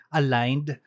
aligned